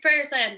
person